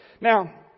Now